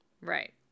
Right